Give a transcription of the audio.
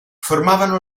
formavano